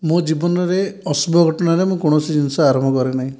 ମୋ ଜୀବନରେ ଅଶୁଭ ଘଟଣାରେ ମୁଁ କୌଣସି ଜିନିଷ ଆରମ୍ଭ କରେନାହିଁ